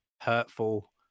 hurtful